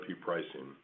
pricing